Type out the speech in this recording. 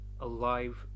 alive